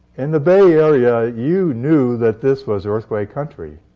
in the bay area, you knew that this was earthquake country.